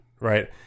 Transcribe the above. Right